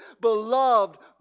beloved